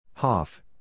Hoff